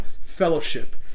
fellowship